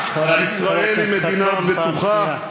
ישראל היא מדינה בטוחה.